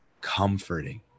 comforting